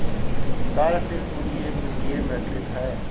कार्यशील पूंजी एक वित्तीय मीट्रिक है